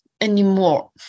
Anymore